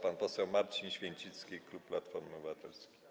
Pan poseł Marcin Święcicki, klub Platformy Obywatelskiej.